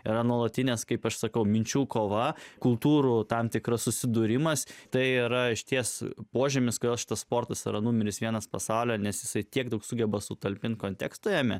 yra nuolatinės kaip aš sakau minčių kova kultūrų tam tikras susidūrimas tai yra išties požymis kad šitas sportas yra numeris vienas pasaulio nes jisai tiek daug sugeba sutalpinti konteksto jame